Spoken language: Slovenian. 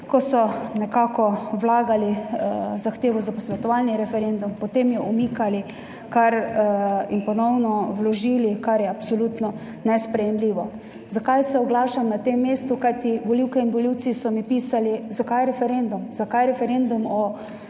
ko so nekako vlagali zahtevo za posvetovalni referendum, potem jo umikali in ponovno vložili, kar je absolutno nesprejemljivo. Zakaj se oglašam na tem mestu? Kajti volivke in volivci so mi pisali, zakaj referendum, zakaj referendum o